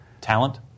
Talent